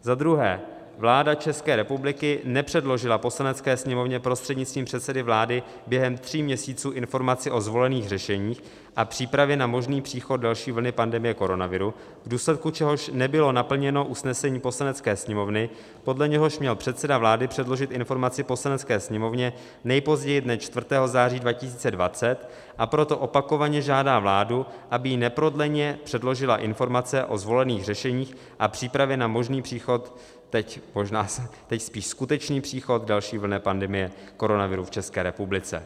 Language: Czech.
2. vláda České republiky nepředložila Poslanecké sněmovně prostřednictvím předsedy vlády během tří měsíců informaci o zvolených řešeních a přípravě na možný příchod další vlny pandemie koronaviru, v důsledku čehož nebylo naplněno usnesení Poslanecké sněmovny, podle něhož měl předseda vlády předložit informaci Poslanecké sněmovně nejpozději dne 4. září 2020, a proto opakovaně žádá vládu, aby jí neprodleně předložila informace o zvolených řešeních a přípravě na možný příchod teď spíš skutečný příchod další vlny pandemie koronaviru v České republice;